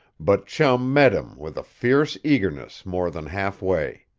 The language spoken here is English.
but chum met him, with a fierce eagerness, more than half way.